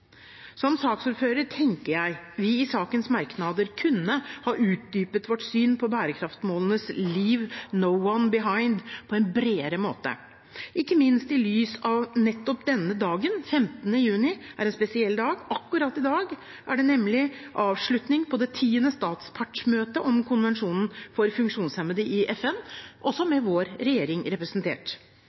Som saksordfører tenker jeg vi i sakens merknader kunne ha utdypet vårt syn på bærekraftsmålenes «leave no one behind» på en bredere måte, ikke minst i lys av at nettopp denne dagen, 15. juni, er en spesiell dag. Akkurat i dag er det nemlig avslutning på det tiende statspartsmøte om konvensjonen for funksjonshemmede i FN, også med vår regjering representert.